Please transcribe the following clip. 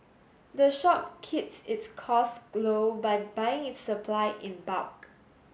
the shop keeps its costs low by buying its supply in bulk